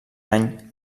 any